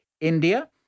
India